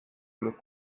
tuleb